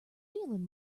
feeling